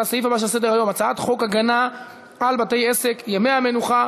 לסעיף הבא שעל סדר-היום: הצעת חוק הגנה על בתי-עסק (ימי המנוחה),